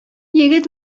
егет